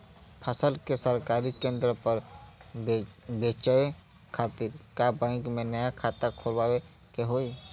फसल के सरकारी केंद्र पर बेचय खातिर का बैंक में नया खाता खोलवावे के होई?